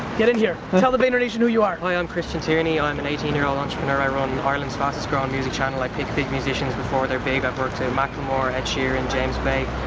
get in here. tell the vayner nation who you are. hi, i'm christian tierney, i'm an eighteen year old entrepreneur. i run ireland's fastest growing music channel. i pick big musicians before they're big. i've worked with macklemore, ed sheeran and james bay.